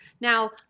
Now